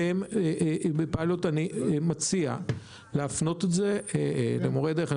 אני מציע להפנות את זה למורי דרך, אני